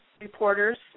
reporters